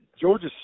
Georgia